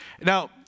Now